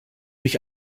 mich